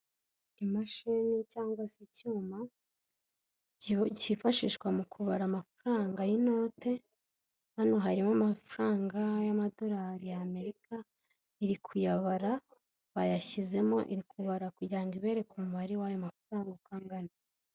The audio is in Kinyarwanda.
Imashini cyangwa se icyuma cyifashishwa mu kubara amafaranga y'inote, hano harimo amafaranga y'amadolari y'Amerika, iri kuyabara bayashyizemo iri kubara kugira ngo ibereke umubare w'ayo mafaranga uko angana.